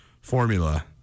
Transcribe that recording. formula